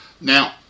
now